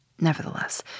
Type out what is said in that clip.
Nevertheless